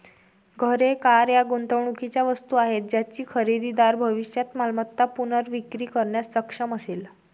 घरे, कार या गुंतवणुकीच्या वस्तू आहेत ज्याची खरेदीदार भविष्यात मालमत्ता पुनर्विक्री करण्यास सक्षम असेल